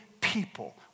people